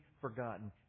forgotten